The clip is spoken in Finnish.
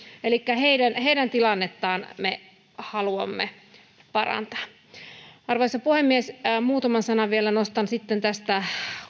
elikkä heidän heidän tilannettaan me haluamme parantaa arvoisa puhemies muutaman sanan vielä nostan esiin tästä